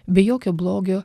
be jokio blogio